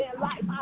life